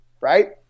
right